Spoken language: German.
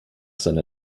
seiner